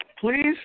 Please